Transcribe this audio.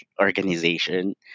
Organization